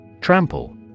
Trample